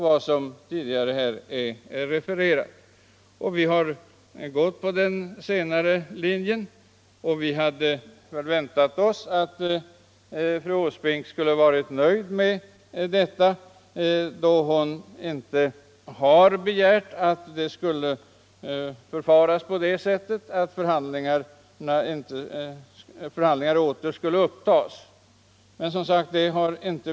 Vi har gått på den senare linjen och trodde att fru Åsbrink skulle bli nöjd med detta, eftersom hon inte begärt att förhandlingar åter skulle upptas.